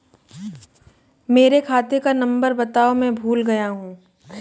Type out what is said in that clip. मेरे खाते का नंबर बताओ मैं भूल गया हूं